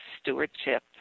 stewardship